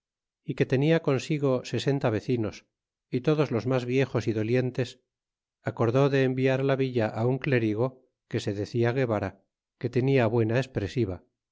é que tenia consigo sesenta vecinos y todos los mas viejos y dolientes acordó de enviar la villa un clérigo que se decia guevara que tenia buena expresiva